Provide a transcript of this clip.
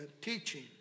teaching